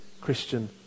Christian